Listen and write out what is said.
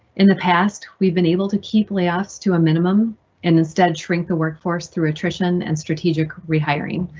in the past, we've been able to keep layoffs to a minimum and instead shrink the workforce through attrition and strategic rehiring.